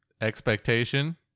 expectation